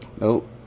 Nope